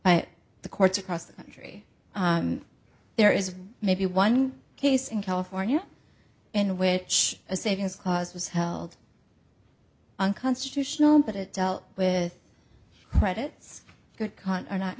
by the courts across the country there is maybe one case in california in which a savings clause was held unconstitutional but it dealt with credits good con or not